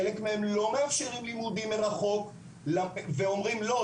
חלק מהם לא מאפשרים לימודים מרחוק ואומרים: לא,